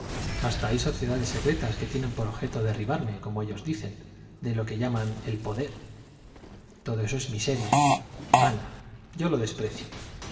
hasta hay sociedades secretas que tienen por objeto derribarme como ellos dicen de lo que llaman el poder todo eso es miseria ana yo lo desprecio